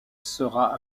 sera